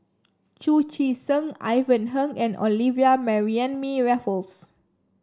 Chu Chee Seng Ivan Heng and Olivia Mariamne Raffles